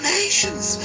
nations